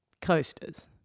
Coasters